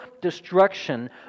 destruction